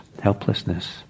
helplessness